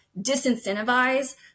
disincentivize